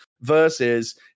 versus